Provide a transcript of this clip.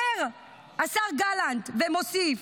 אומר השר גלנט ומוסיף: